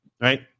Right